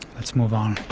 let's move on.